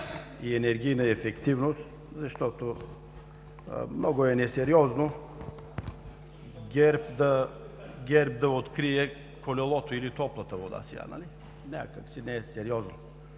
и енергийна ефективност. Много е несериозно ГЕРБ да е открил колелото или топлата вода. Някак си не е сериозно.